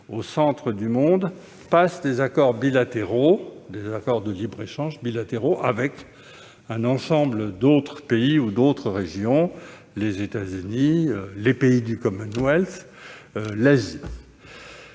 au centre du monde et passant des accords de libre-échange bilatéraux avec un ensemble d'autres pays ou d'autres régions- les États-Unis, les pays du Commonwealth et l'Asie.